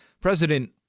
President